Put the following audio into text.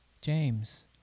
James